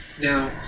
Now